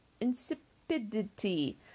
insipidity